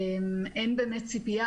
אין באמת ציפייה,